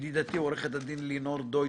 לידידתי עורכת הדין לינור דויטש,